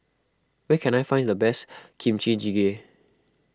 where can I find the best Kimchi Jjigae